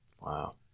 Wow